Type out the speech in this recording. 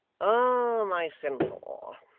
ah, my centaur,